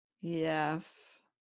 Yes